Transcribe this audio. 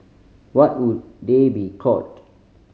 what would they be called